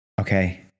okay